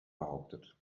behauptet